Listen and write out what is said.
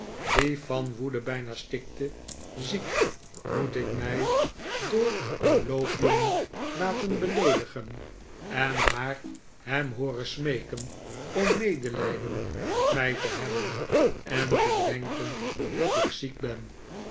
die van woede bijna stikte ziek moet ik mij door een loopjongen laten beleedigen en haar hem hooren smeeken om medelijden met mij te hebben en te bedenken dat ik ziek ben